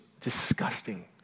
disgusting